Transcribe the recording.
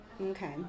Okay